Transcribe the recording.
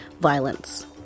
violence